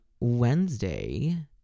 Wednesday